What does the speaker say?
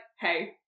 hey